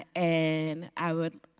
ah and i would